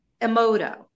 Emoto